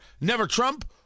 Never-Trump